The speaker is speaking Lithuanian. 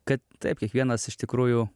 kad taip kiekvienas iš tikrųjų